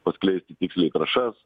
paskleisti tiksliai trašas